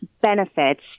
benefits